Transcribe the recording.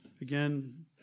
again